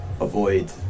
avoid